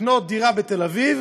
לקנות דירה בתל אביב,